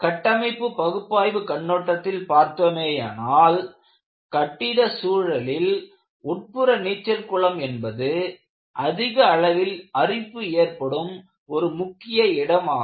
கட்டமைப்பு பகுப்பாய்வுக் கண்ணோட்டத்தில் பார்த்தோமேயானால் கட்டிட சூழலில் உட்புற நீச்சல் குளம் என்பது அதிக அளவில் அரிப்பு ஏற்படும் ஒரு முக்கிய இடமாகும்